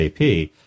AP